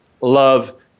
love